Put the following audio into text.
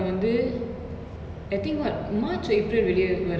because of like the COVID situation is quite bad there